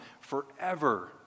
forever